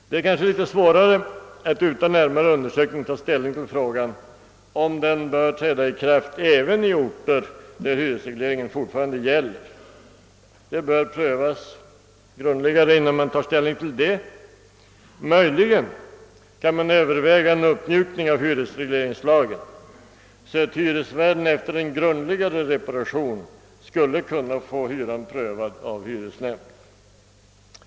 Det är kanske litet svårare att utan närmare undersökning ta ställning till frågan om den bör träda i kraft även i orter där hyres regleringen fortfarande gäller. Den saken bör prövas grundligt innan man tar ställning. Möjligen kan man överväga en uppmjukning av hyresregleringslagen, så att hyresvärden efter en grundligare reparation skulle kunna få hyran prövad av hyresnämnden.